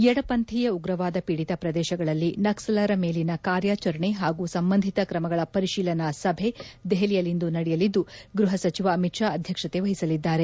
ಎಡ ಪಂಥೀಯ ಉಗ್ರವಾದ ಪೀಡಿತ ಪ್ರದೇಶಗಳಸಲ್ಲಿ ನಕ್ಸಲರ ಮೇಲಿನ ಕಾರ್ಯಾಚರಣೆ ಹಾಗೂ ಸಂಬಂಧಿತ ಕ್ರಮಗಳ ಪರಿಶೀಲನಾ ಸಭೆ ದೆಹಲಿಯಲ್ಲಿಂದು ನಡೆಯಲಿದ್ದು ಗೃಹ ಸಚಿವ ಅಮಿತ್ ಶಾ ಅಧ್ಯಕ್ಷತೆ ವಹಿಸಲಿದ್ದಾರೆ